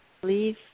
please